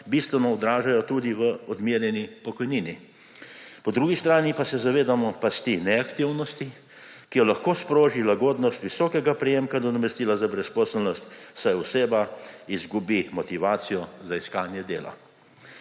bistveno odražajo tudi v odmerjeni pokojnini. Po drugi strani pa se zavedamo pasti neaktivnosti, ki jo lahko sproži lagodnost visokega prejemka nadomestila za brezposelnost, saj oseba izgubi motivacijo za iskanje dela.